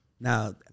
Now